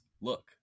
look